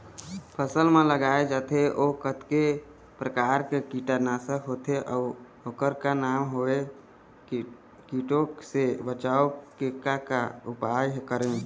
फसल म लगाए जाथे ओ कतेक प्रकार के कीट नासक होथे अउ ओकर का नाम हवे? कीटों से बचाव के का उपाय करें?